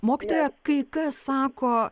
mokytoja kai kas sako